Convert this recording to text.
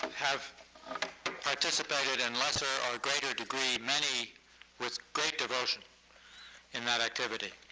have participated, in lesser or greater degree, many with great devotion in that activity.